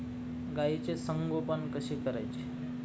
गाईचे संगोपन कसे करायचे?